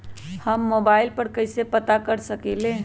हम मोबाइल पर कईसे पता कर सकींले?